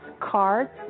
cards